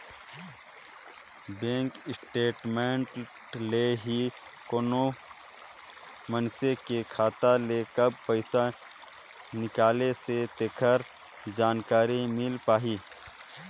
bank statement ले ही कोनो मइनसे के खाता ले कब पइसा निकलिसे तेखर जानकारी मिल पाही